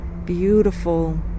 beautiful